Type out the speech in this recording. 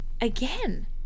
again